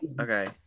Okay